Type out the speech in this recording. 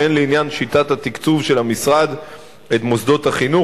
והן לעניין שיטת התקצוב של המשרד את מוסדות החינוך,